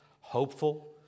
hopeful